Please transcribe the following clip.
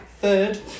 Third